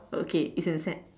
okay it's inside